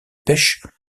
pêche